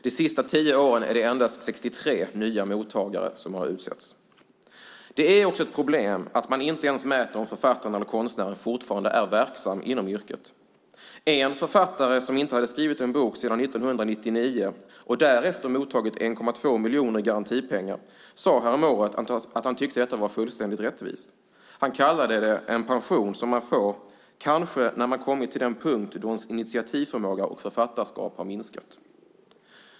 De senaste tio åren har endast 63 nya mottagare utsetts. Det är också ett problem att man inte ens mäter om författaren eller konstnären fortfarande är verksam inom yrket. En författare som inte skrivit en bok sedan 1999 och därefter mottagit 1,2 miljoner i garantipengar sade häromåret att han tyckte att det var fullständigt rättvist. Han kallade det en pension som man kanske får när man kommit till den punkt då ens initiativförmåga och författarskap har minskat.